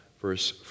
verse